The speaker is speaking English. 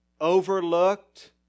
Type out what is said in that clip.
overlooked